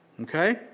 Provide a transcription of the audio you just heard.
Okay